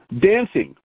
Dancing